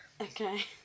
Okay